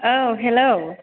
औ हेल'